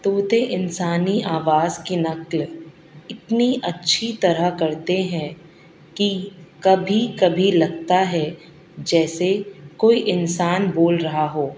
طوطے انسانی آواز کی نقل اتنی اچھی طرح کرتے ہیں کہ کبھی کبھی لگتا ہے جیسے کوئی انسان بول رہا ہو